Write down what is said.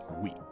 week